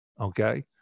okay